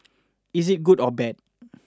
is it good or bad